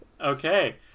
Okay